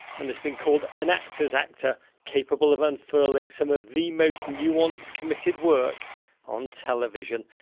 and has been called, an actor's actor, capable of unfurling some of the most nuanced, committed work on television.